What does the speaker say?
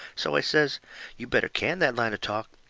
so i says you better can that line of talk.